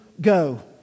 Go